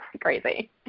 crazy